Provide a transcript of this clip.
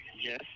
yes